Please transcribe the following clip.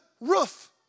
roof